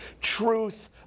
Truth